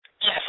Yes